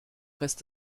rest